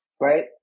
right